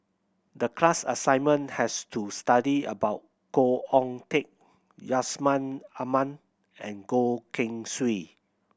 the class assignment has to study about Khoo Oon Teik Yusman Aman and Goh Keng Swee